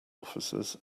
officers